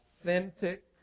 authentic